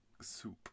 soup